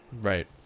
Right